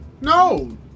No